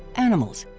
animals,